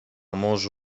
morzu